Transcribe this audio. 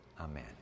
Amen